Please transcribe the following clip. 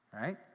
Right